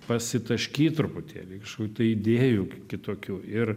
pasitaškyt truputėlį kažkokių tai idėjų kitokių ir